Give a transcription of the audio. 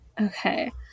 okay